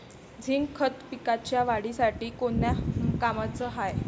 Zinc खत पिकाच्या वाढीसाठी कोन्या कामाचं हाये?